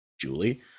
Julie